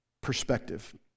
perspective